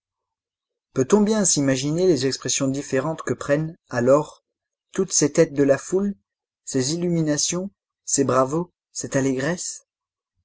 peut-on bien s'imaginer les expressions différentes que prennent alors toutes ces têtes de la foule ces illuminations ces bravos cette allégresse